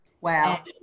Wow